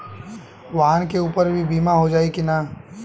वाहन के ऊपर भी बीमा हो जाई की ना?